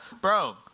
Bro